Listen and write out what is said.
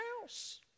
house